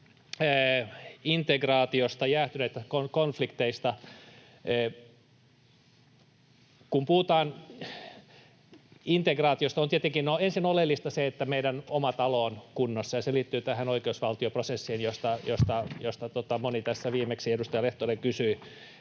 integraatiosta, jäätyneistä konflikteista. Kun puhutaan integraatiosta, on tietenkin... No, ensin oleellista on se, että meidän oma talo on kunnossa, ja se liittyy tähän oikeusvaltioprosessiin, josta moni tässä — viimeksi edustaja Peltonen — kysyi.